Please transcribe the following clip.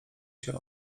się